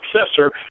successor